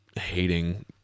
hating